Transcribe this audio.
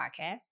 podcast